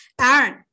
Aaron